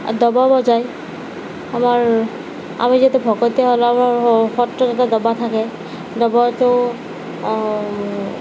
আৰু দবা বজায় আমাৰ আমি যেতিয়া ভকতেই সত্ৰত এটা দবা থাকে দবাটো